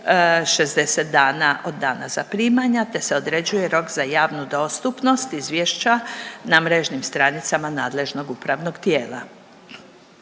60 dana od dana zaprimanja, te se određuje rok za javnu dostupnost izvješća na mrežnim stranicama nadležnog upravnog tijela.